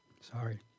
Sorry